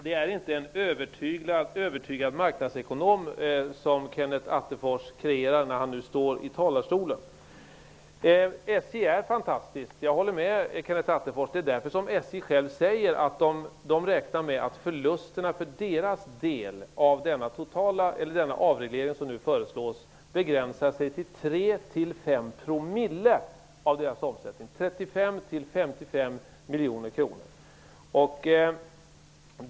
Det är inte en övertygande marknadsekonom som Kenneth Attefors nu kreerar när han yttrar sig från talarstolen. Jag håller med Kenneth Attefors om att SJ är fantastiskt. Det är därför som SJ självt säger att man räknar med att förlusterna för dess del av den avreglering som nu föreslås begränsar sig till 3--5 promille av dess omsättning, dvs. 35--55 miljoner kronor.